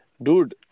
Dude